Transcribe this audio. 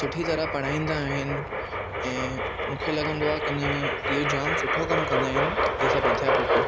सुठी तरह पढ़ाईंदा आहिनि ऐं मूंखे लॻंदो आहे कि न इहो जाम सुठो कमु कंदा आहिनि इहे सभु अध्यापक